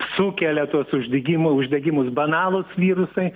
sukelia tuos uždegimų uždegimus banalūs virusai